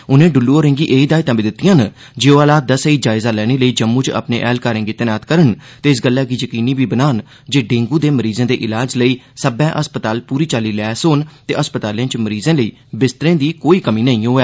उनें ड़ुल्लु होरें'गी एह हिदायतां बी दितिआं न जे ओह हालात दा सेई जायजा लैने लेई जम्मू च अपने ऐहलकारें गी तैनात करन ते इस गल्लै गी यकीनी बी बनान जे डेंगू दे मरीजें दे इलाज लेई सब्बै अस्पताल पूरी चाल्ली लैस होन ते अस्पतालें च मरीजें लेई बिस्तरें दी कोई कमी नेईं होऐ